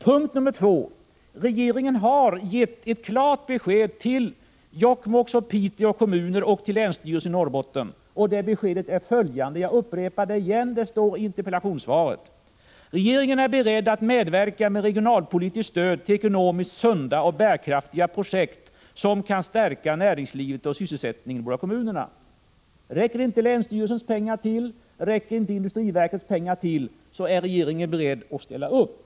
Punkt nr 2: Regeringen har gett ett klart besked till Jokkmokks och Piteå 111 kommuner och till länsstyrelsen i Norrbotten. Beskedet är följande. Jag upprepar det igen; det står i interpellationssvaret: ”Regeringen är beredd att medverka med regionalpolitiskt stöd till ekonomiskt sunda och bärkraftiga projekt som kan stärka näringslivet och sysselsättningen i våra kommuner.” Räcker inte länsstyrelsens och industriverkets pengar till, så är regeringen beredd att ställa upp.